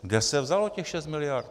Kde se vzalo těch 6 miliard?